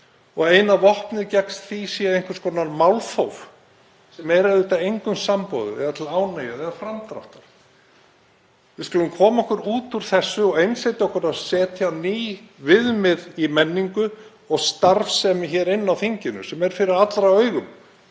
og eina vopnið gegn því er einhvers konar málþóf, sem er auðvitað engum samboðið eða til ánægju eða framdráttar. Við skulum koma okkur út úr þessu og einsetja okkur að setja ný viðmið í menningu og starfsemi hér inni á þinginu sem er fyrir allra augum.